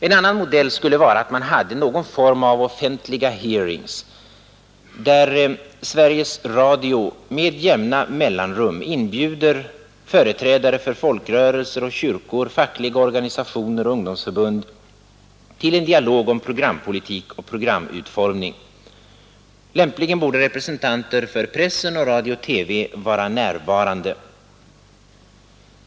En annan modell skulle vara att man hade någon form av offentliga hearings, att Sveriges Radio med jämna mellanrum skulle inbjuda företrädare för folkrörelser och kyrka, fackliga organisationer och ungdomsförbund etc. till en dialog om programpolitiken och programutformningen. Lämpligen borde representanter för press och radio-TV vara närvarande.